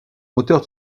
moteur